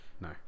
No